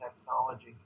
technology